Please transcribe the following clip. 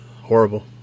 horrible